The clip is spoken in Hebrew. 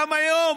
גם היום,